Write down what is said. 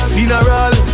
Funeral